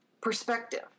perspective